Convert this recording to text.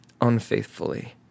unfaithfully